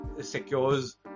secures